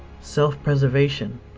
Self-preservation